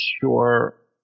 sure